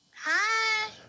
Hi